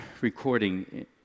recording